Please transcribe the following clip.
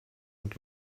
und